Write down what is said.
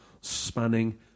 spanning